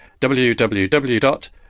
www